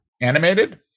animated